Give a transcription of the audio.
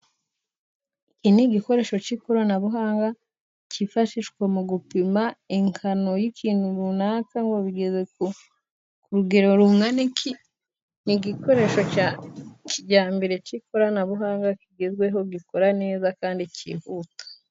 Iki ni igikoresho cy'ikoranabuhanga cyifashishwa mu gupima ingano y'ikintu runaka, ngo bigeze ku rugero rungana iki. Ni igikoresho cya kijyambere cy'ikoranabuhanga, kigezweho, gikora neza kandi cyihuta.